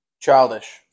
childish